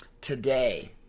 today